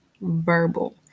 verbal